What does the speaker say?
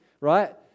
right